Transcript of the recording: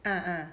ah ah